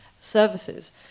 services